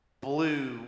blue